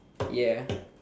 ya